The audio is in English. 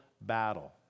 battle